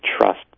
trust